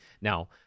Now